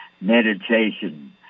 Meditation